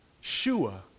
Shua